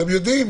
אתם יודעים.